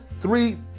three